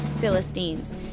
Philistines